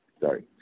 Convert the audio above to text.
Sorry